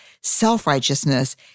Self-righteousness